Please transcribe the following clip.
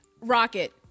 Rocket